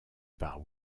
par